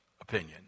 opinion